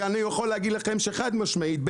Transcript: ואני יכול להגיד לכם שחד משמעית,